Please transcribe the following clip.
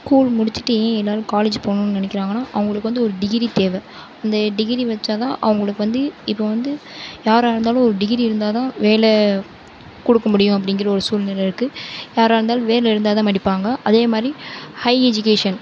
school முடிச்சுட்டு ஏன் எல்லோரும் காலேஜ் போகணுன்னு நினக்கிறாங்கனா அவங்களுக்கு வந்து ஒரு டிகிரி தேவை அந்த டிகிரி வச்சால்தான் அவங்களுக்கு வந்து இப்போ வந்து யாராக இருந்தாலும் ஒரு டிகிரி இருந்தால்தான் வேலை கொடுக்க முடியும் அப்படிங்குற ஒரு சூழ்நிலை இருக்குது யாராக இருந்தாலும் வேலை இருந்தால்தான் மதிப்பாங்க அதேமாதிரி ஹை எஜிகேஷன்